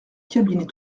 cabinet